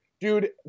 Dude